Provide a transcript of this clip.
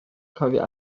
cofio